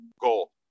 goal